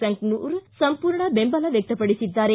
ಸಂಕನೂರ ಸಂಪೂರ್ಣ ಬೆಂಬಲ ವ್ಯಕ್ತಪಡಿಸಿದ್ದಾರೆ